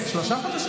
אז תמשוך.